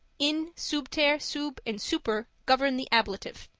in, subter, sub and super govern the ablative.